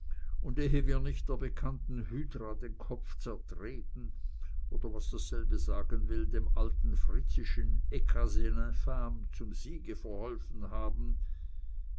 und ehe wir nicht der bekannten hydra den kopf zertreten oder was dasselbe sagen will dem altenfritzischen crasez l'infme zum siege verholfen haben